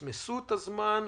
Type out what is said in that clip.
מסמסו את הזמן,